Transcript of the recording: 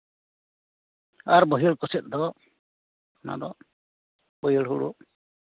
ᱟᱨ ᱵᱟᱹᱭᱦᱟᱹᱲ ᱠᱚᱥᱮᱫ ᱫᱚ ᱚᱱᱟᱫᱚ ᱵᱟᱹᱭᱦᱟᱹᱲ ᱦᱩᱲᱩ